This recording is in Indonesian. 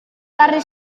dari